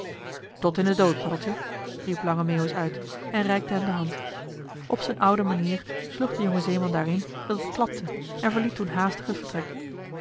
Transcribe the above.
tot in den dood paddeltje riep lange meeuwis uit en reikte hem de hand op z'n oude manier sloeg de jonge zeeman daar in dat het klapte en verliet toen haastig het vertrek